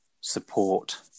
support